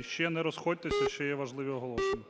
Ще не розходьтесь, ще є важливі оголошення.